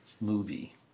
movie